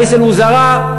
"ראיס אל-וזאא",